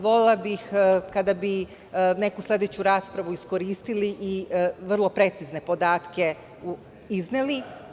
Volela bih kada bi neku sledeću raspravu iskoristili i vrlo precizne podatke izneli.